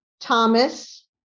Thomas